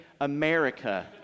America